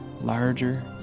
larger